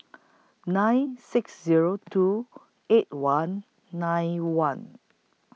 nine six Zero two eight one nine one